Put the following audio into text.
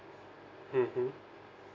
mmhmm